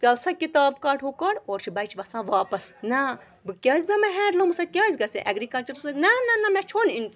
تَل سا کِتاب کَڑ ہُہ کَڑ اورٕ چھِ بَچہِ وَسان واپَس نَہ بہٕ کیٛازِ بیٚہمَے ہینٛڈلوٗمَس سۭتۍ کیٛازِ گَژھَے اٮ۪گرِکَلچَرَس سۭتۍ نَہ نَہ نَہ مےٚ چھو نہِ